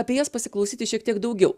apie jas pasiklausyti šiek tiek daugiau